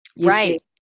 Right